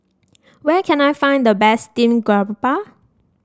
where can I find the best Steamed Garoupa